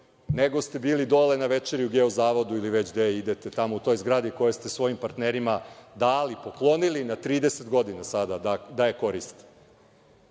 nego ste bili dole na večeri u Geozavodu ili gde već idete tamo, u toj zgradi, koju ste svojim partnerima dali, poklonili, na 30 godina da je koriste.